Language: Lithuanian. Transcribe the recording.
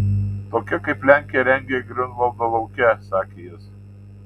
tokia kaip lenkija rengia griunvaldo lauke sakė jis